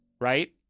right